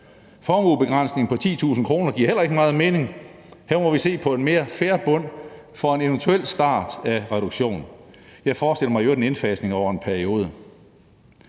Formuebegrænsning på 10.000 kr. giver heller ikke meget mening. Her må vi se på en mere fair bund for en eventuel start af reduktion. Jeg forestiller mig i øvrigt en indfasning over en periode.